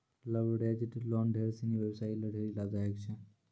leveraged loan ढेर सिनी व्यवसायी ल ढेरी लाभदायक छै